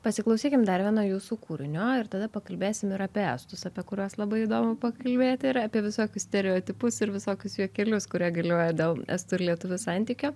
pasiklausykim dar vieno jūsų kūrinio ir tada pakalbėsim ir apie estus apie kuriuos labai įdomu pakalbėt ir apie visokius stereotipus ir visokius juokelius kurie galioja dėl estų ir lietuvių santykio